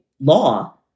law